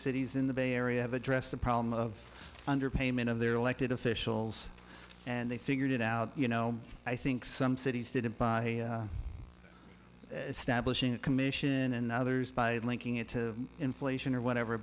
cities in the bay area have addressed the problem of underpayment of their elected officials and they figured it out you know i think some cities did it by stablished commission and others by linking it to inflation or whatever